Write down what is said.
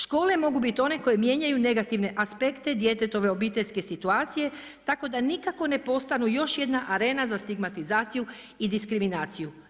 Škole mogu biti one koje mijenjaju negativne aspekte djetetove obiteljske situacije, tako da nikako ne postanu još jedna arena za stigmatizaciju i diskriminaciju.